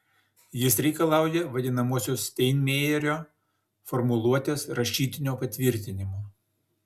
jis reikalauja vadinamosios steinmeierio formuluotės rašytinio patvirtinimo